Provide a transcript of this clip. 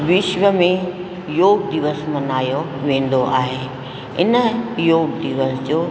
विश्व में योग दिवस मल्हायो वेंदो आहे इन योग दिवस जो